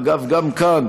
אגב, גם כאן